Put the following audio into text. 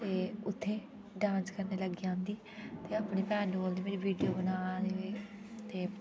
ते उ'त्थें डांस करन लग्गी जंदी ते अपनी भैन नूं बोलदी मेरी वीडियो बना ते